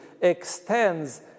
extends